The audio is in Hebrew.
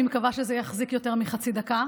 אני מקווה שזה יחזיק יותר מחצי דקה.